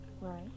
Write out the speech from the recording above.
Right